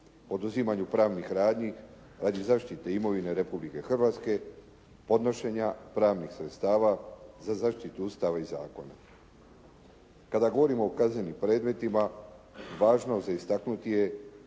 oduzimanju pravnih radnji radi zaštite imovine Republike Hrvatske, podnošenja pravnih sredstava za zaštitu Ustava i zakona. Kada govorimo o kaznenim predmetima, važno je za istaknuti da